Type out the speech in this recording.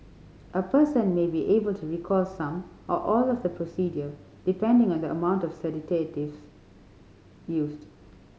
a person may be able to recall some or all of the procedure depending on the amount of used